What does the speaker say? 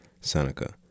Seneca